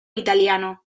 italiano